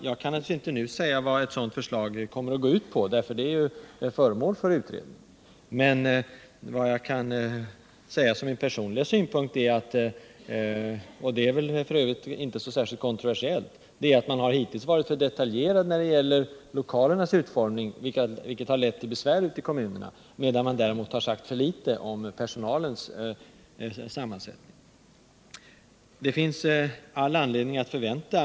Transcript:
Jag kan inte nu säga vad gruppens förslag kommer att gå ut på, eftersom det utreds. En personlig synpunkt i sammanhanget — som väl f. ö. inte är särskilt kontroversiell — är att anvisningarna för lokalernas utformning hittills varit så detaljerade att besvärligheter har uppstått för kommunerna, medan man däremot har sagt för litet om personalens sammansättning.